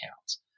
accounts